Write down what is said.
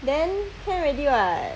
then can already [what]